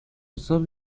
sub